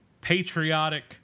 patriotic